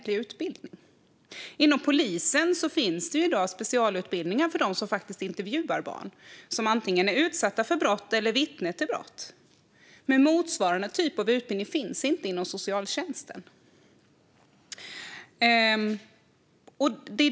Inom polisen finns det i dag specialutbildningar för dem som intervjuar barn som antingen är utsatta för brott eller vittnen till brott, men motsvarande typ av utbildning finns inte inom socialtjänsten.